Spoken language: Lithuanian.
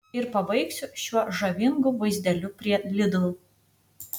ir pabaigsiu šiuo žavingu vaizdeliu prie lidl